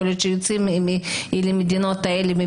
יכול להיות שיוצאים למדינות האלה,